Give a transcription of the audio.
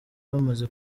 bamaze